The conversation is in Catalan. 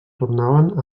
tornaven